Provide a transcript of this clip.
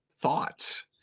thoughts